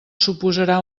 suposarà